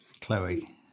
Chloe